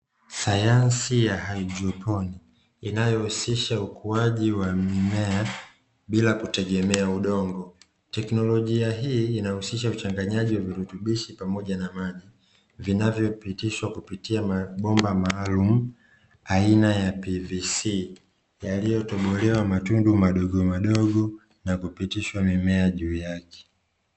Sayansi ya haidroponi inayohusisha ukuaji wa mmea bila kutegemea udongo teknolojia hii inahusisha uchanganyaji wa virutubishi pamoja na maji, vinavyopitishwa kupitia mabomba malumu aina ya “PVC” yaliyotobolewa matundu madogo madogo na kupitisha mimea juu yake.